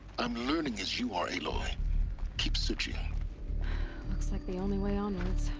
i'm learning as you are, aloy. keep searching looks like the only way onwards.